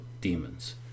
demons